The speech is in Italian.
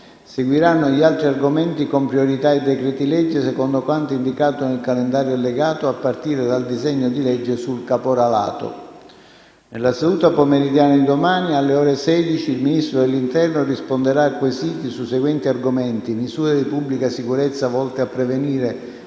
Seguiranno gli altri argomenti - con priorità ai decreti-legge - secondo quanto indicato nel calendario allegato, a partire dal disegno di legge sul caporalato. Nella seduta pomeridiana di domani, alle ore 16, il Ministro dell'interno risponderà a quesiti sui seguenti argomenti: misure di pubblica sicurezza volte a prevenire